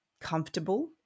comfortable